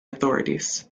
authorities